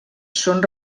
són